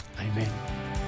Amen